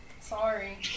Sorry